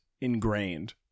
ingrained